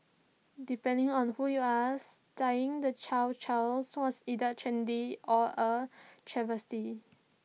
depending on who you ask dyeing the chow Chows was either trendy or A travesty